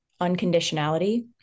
unconditionality